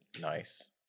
Nice